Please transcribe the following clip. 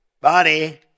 body